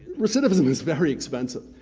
recidivism is very expensive.